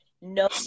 no